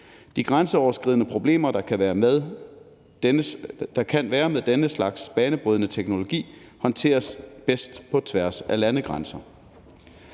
De grænseoverskridende problemer, der kan være med denne slags banebrydende teknologi, håndteres bedst på tværs af landegrænser.